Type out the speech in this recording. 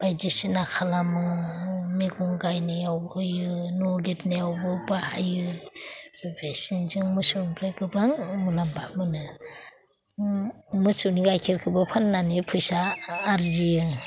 बायदिसिना खालामो मैगं गायनायाव होयो न' लिरनायावबो बाहायो इनिफ्राय मोसौजोंबो जोङो गोबां मुलाम्फा मोनो मोसौनि गाइखेरखोबो फाननानै फैसा आरजियो